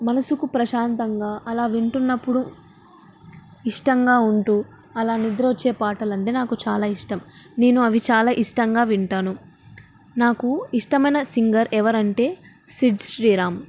మనసుకు ప్రశాంతంగా అలా వింటున్నప్పుడు ఇష్టంగా ఉంటూ అలా నిద్ర వచ్చే పాటలంటే నాకు చాలా ఇష్టం నేను అవి చాలా ఇష్టంగా వింటాను నాకు ఇష్టమైన సింగర్ ఎవరంటే సిడ్ శ్రీరామ్